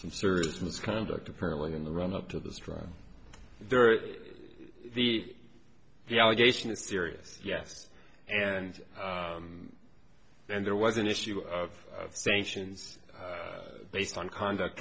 some serious misconduct apparently in the run up to the strike there the the allegation is serious yes and then there was an issue of sanctions based on conduct